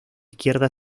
izquierda